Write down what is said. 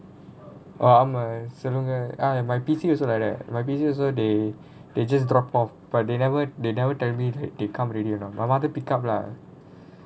ah I'm a சொல்லுங்க:sollunga ah my P_C also like that my P_C also they they just drop off but they never they never tell me like they come already or not my mother pick up lah